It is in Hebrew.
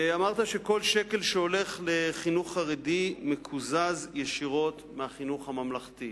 אמרת שכל שקל שהולך לחינוך חרדי מקוזז ישירות מהחינוך הממלכתי.